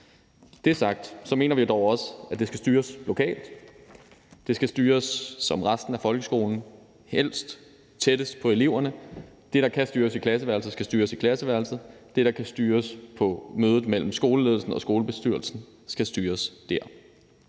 er sagt, mener vi dog også, at det skal styres lokalt. Det skal styres som resten af folkeskolen, helst tættest på eleverne. Det, der kan styres i klasseværelset, skal styres i klasseværelset, og det, der kan styres på mødet mellem skoleledelsen og skolebestyrelsen, skal styres dér.